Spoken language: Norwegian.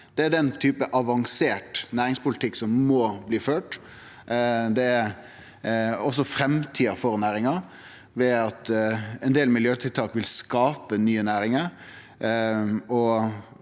Det er den typen avansert næringspolitikk som må bli ført. Det er også framtida for næringa, ved at ein del miljøtiltak vil skape nye næringar